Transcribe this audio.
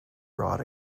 brought